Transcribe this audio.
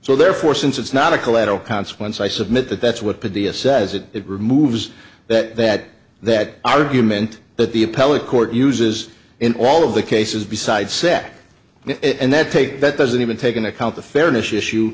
so therefore since it's not a collateral consequence i submit that that's what the dia says that it removes that that that argument that the appellate court uses in all of the cases beside sec and that take that doesn't even take into account the fairness issue